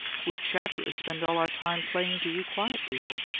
we chatterers spend all our time playing to you quiet people.